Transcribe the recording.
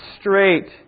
straight